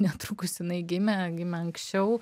netrukus jinai gimė gimė anksčiau